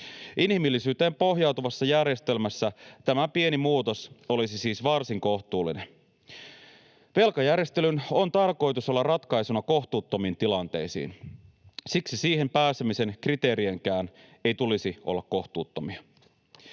Inhimillisyyteen pohjautuvassa järjestelmässä tämä pieni muutos olisi siis varsin kohtuullinen. Velkajärjestelyn on tarkoitus olla ratkaisuna kohtuuttomiin tilanteisiin. Siksi siihen pääsemisen kriteerienkään ei tulisi olla kohtuuttomia.